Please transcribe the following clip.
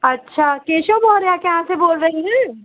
अच्छा केशव मौर्य के यहाँ से बोल रही हैं